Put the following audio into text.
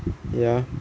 ya